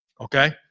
Okay